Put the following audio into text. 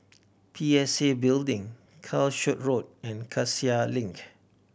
P S A Building Calshot Road and Cassia Link